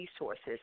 resources